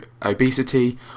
obesity